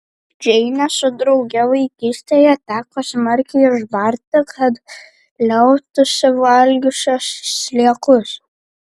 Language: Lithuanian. džeinę su drauge vaikystėje teko smarkiai išbarti kad liautųsi valgiusios sliekus